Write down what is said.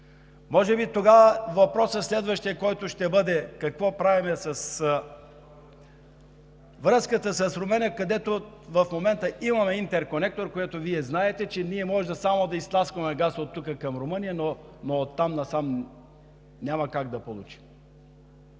Може би следващият въпрос, който ще бъде тогава: какво правим с връзката с Румъния, където в момента имаме интерконектор, за който Вие знаете, че ние можем само да изтласкваме газ оттук към Румъния, но оттам насам няма как да получим.